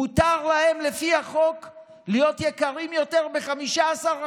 מותר להם לפי החוק להיות יקרים יותר ב-15%,